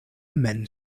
men